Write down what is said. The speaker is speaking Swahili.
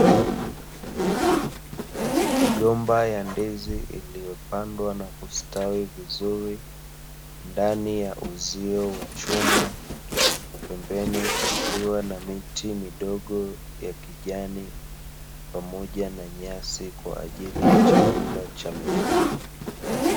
Migomba ya ndizi iliyopandwa na kustawi vizuri, ndani ya uzio wa chuma, pembeni kukiwa na miti midogo ya kijani pamoja na nyasi kwa ajili ya chakula cha mifugo.